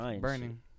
burning